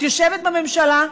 את יושבת בממשלה,